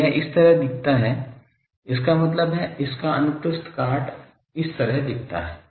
तो यह इस तरह दिखता है इसका मतलब है इस का अनुप्रस्थ काट इस तरह दिखता है